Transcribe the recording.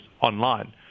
online